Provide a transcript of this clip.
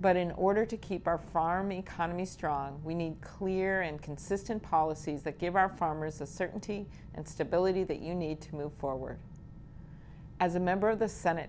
but in order to keep our farm economy strong we need clear and consistent policies that give our farmers the certainty and stability that you need to move forward as a member of the senate